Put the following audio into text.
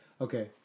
Okay